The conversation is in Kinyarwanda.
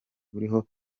buriho